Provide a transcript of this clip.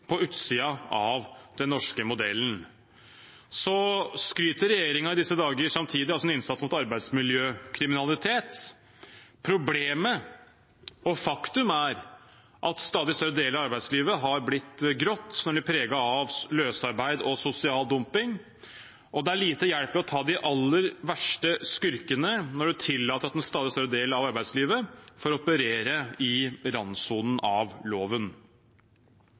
på utsiden av den norske modellen. Samtidig skryter regjeringen i disse dager av sin innsats mot arbeidsmiljøkriminalitet. Problemet og faktum er at en stadig større del av arbeidslivet har blitt grått – preget av løsarbeid og sosial dumping. Og det er liten hjelp i å ta de aller verste skurkene, når man tillater at en stadig større del av arbeidslivet får operere i randsonen av loven.